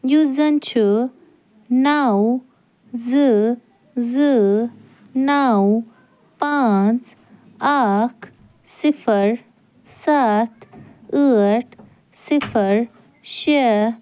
یُس زن چھُ نَو زٕ زٕ نَو پانٛژھ اکھ صِفر سَتھ ٲٹھ صِفر شےٚ